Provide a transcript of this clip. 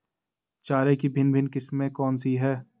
चारे की भिन्न भिन्न किस्में कौन सी हैं?